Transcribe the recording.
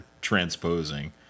transposing